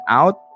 out